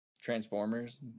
Transformers